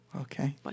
Okay